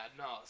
no